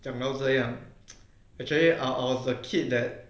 讲到这样 actually I I was the kid that